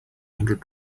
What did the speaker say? hundred